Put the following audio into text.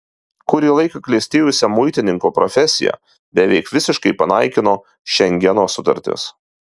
kurį laiką klestėjusią muitininko profesiją beveik visiškai panaikino šengeno sutartis